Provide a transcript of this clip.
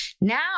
Now